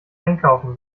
einkaufen